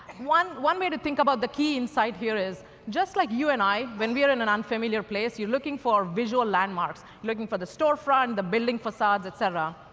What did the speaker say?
one one way to think about the key insight here is, just like you and i, when we're in an unfamiliar place, you're looking for visual landmarks. you're looking for the storefront, the building facade, et cetera.